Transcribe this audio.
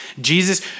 Jesus